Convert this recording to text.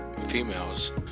females